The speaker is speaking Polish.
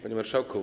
Panie Marszałku!